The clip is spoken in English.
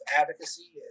advocacy